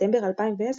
בספטמבר 2010